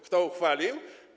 Kto uchwalił?